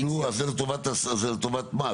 נו, אז לטובת מה?